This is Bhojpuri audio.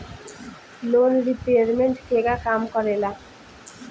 लोन रीपयमेंत केगा काम करेला?